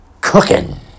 cooking